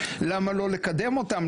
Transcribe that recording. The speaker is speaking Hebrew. למה לא לקדם אותם?